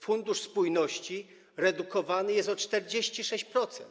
Fundusz Spójności redukowany jest o 46%.